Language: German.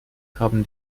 haben